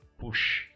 push